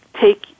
take